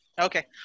okay